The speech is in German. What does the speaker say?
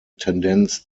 tendenz